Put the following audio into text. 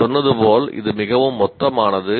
நான் சொன்னது போல் இது மிகவும் மொத்தமானது